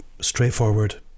straightforward